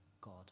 god